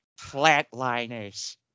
Flatliners